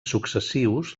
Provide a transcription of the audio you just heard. successius